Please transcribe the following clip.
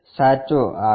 સાચો આકાર